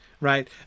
right